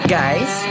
guys